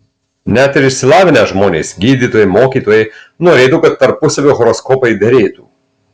net ir išsilavinę žmonės gydytojai mokytojai norėtų kad tarpusavio horoskopai derėtų